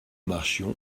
marchions